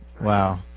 Wow